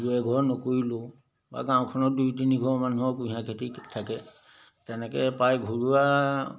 দুই এঘৰে নকৰিলেও বা গাঁওখনত দুই তিনিঘৰ মানুহৰ কুঁহিয়াৰ খেতি থাকে তেনেকৈ প্ৰায় ঘৰুৱা